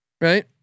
right